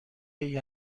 برای